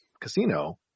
Casino